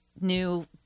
new